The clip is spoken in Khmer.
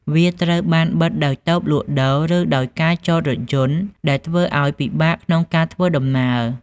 វាត្រូវបានបិទដោយតូបលក់ដូរ ឬដោយការចតរថយន្ត ដែលធ្វើឱ្យពិបាកក្នុងការធ្វើដំណើរ។